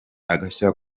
agashya